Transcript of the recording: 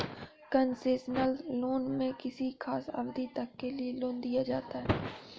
concessional loan में किसी खास अवधि तक के लिए लोन दिया जाता है